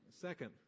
Second